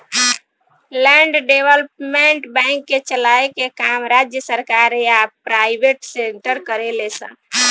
land development bank के चलाए के काम राज्य सरकार या प्राइवेट सेक्टर करेले सन